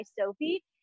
Sophie